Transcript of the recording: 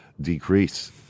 decrease